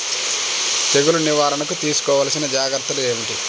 తెగులు నివారణకు తీసుకోవలసిన జాగ్రత్తలు ఏమిటీ?